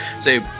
Say